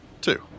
two